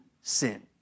sin